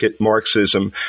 Marxism